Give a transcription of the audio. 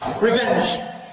Revenge